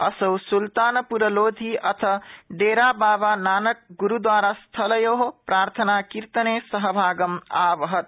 असौ सुल्तानपुरलोधी अथ डेरा बाबा नानक गुरूद्वारा स्थलयो प्रार्थना कीर्तने सहभागम् आवहत्